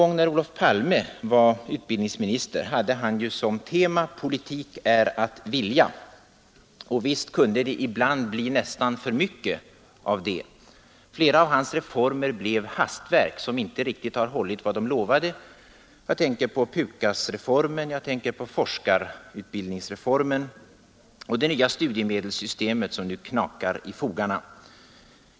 När Olof Palme var utbildningsminister hade han som tema: Politik är att vilja. Och visst kunde det ibland bli nästan för mycket av det. Flera av hans reformer blev hastverk, som inte har hållit riktigt vad de lovat. Jag tänker på PUKAS, på forskarutbildningsreformen och på det nya studiemedelssystemet som nu knakar i fogarna.